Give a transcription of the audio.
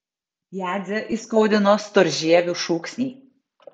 jadzę įskaudino storžievių šūksniai